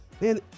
Man